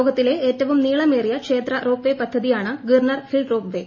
ലോകത്തിലെ ഏറ്റവും നീളമേറിയ ക്ഷേത്ര റോപ്പ്വേ പദ്ധതിയാണ് ഗിർനർ ഹിൽ റോപ്പ് വേ